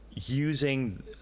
Using